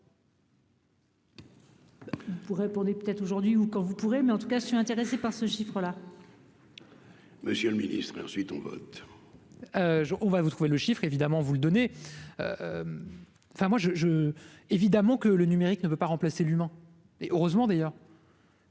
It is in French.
Il pourrait pour des peut-être, aujourd'hui ou quand vous pourrez mais en tout cas je suis intéressé par ce chiffre-là. Monsieur le ministre, et ensuite on vote. On va vous trouver le chiffre évidemment vous le donner, enfin moi je, je, évidemment que le numérique ne veut pas remplacer du Mans et heureusement d'ailleurs.